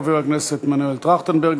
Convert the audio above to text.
חבר הכנסת מנואל טרכטנברג,